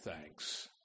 thanks